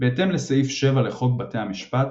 בהתאם לסעיף 7 לחוק בתי המשפט,